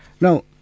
Now